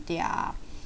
their